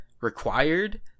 required